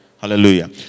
Hallelujah